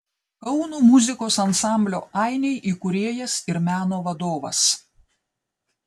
kauno muzikos ansamblio ainiai įkūrėjas ir meno vadovas